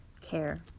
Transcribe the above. care